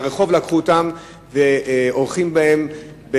לקחו אותם מהרחוב ועורכים בהם,